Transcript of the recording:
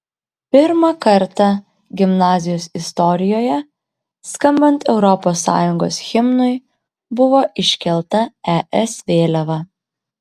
pirmą kartą gimnazijos istorijoje skambant europos sąjungos himnui buvo iškelta es vėliava